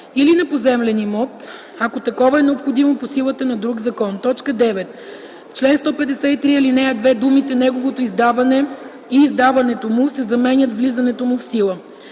или на поземлен имот, ако такова е необходимо по силата на друг закон.” 9. В чл. 153, ал. 2 думите „неговото издаване” и „издаването му” се заменят с „влизането му в сила”.